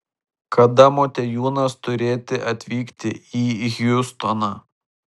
kada motiejūnas turėti atvykti į hjustoną